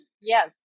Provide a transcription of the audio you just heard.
Yes